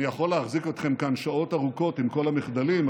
אני יכול להחזיק אתכם כאן שעות ארוכות עם כל המחדלים,